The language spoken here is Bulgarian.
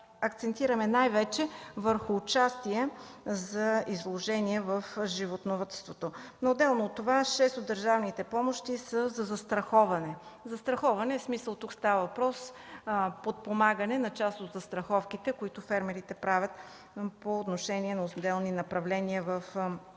акцентираме най-вече върху участие за изложение в животновъдството. Отделно от това шест от държавните помощи са за застраховане, в смисъл, че тук става въпрос за подпомагане на част от застраховките, които фермерите правят по отношение на отделни направления като